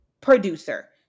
producer